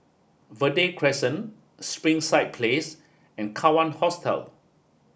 Verde Crescent Springside Place and Kawan Hostel